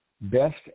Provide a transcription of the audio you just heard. best